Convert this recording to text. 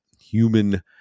human